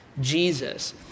Jesus